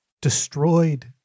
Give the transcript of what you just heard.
destroyed